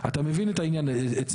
זה רשות